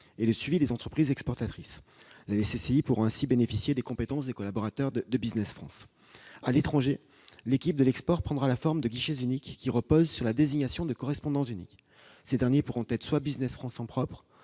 et le suivi des entreprises exportatrices. Les CCI pourront ainsi bénéficier des compétences des collaborateurs de Business France. À l'étranger, l'équipe de l'export prendra la forme de guichets uniques, reposant sur la désignation de « correspondants uniques ». Ces derniers pourront être soit Business France en propre,